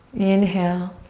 inhale.